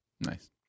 Nice